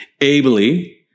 ably